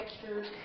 textures